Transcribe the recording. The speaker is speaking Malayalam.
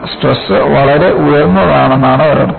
സ്ട്രെസ് വളരെ ഉയർന്നതാണെന്നതാണ് ഒരു അർത്ഥം